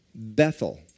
Bethel